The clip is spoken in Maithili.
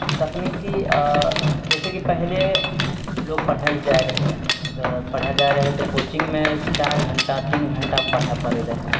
तकनिकी जैसे कि पहिले लोक पढ़य लए जाइ रहय पढ़य लए जाइ रहय तऽ कोचिंगमे चारि घण्टा तीन घण्टा पढ़य लए पढ़य रहऽ